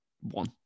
one